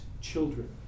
children